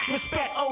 Respect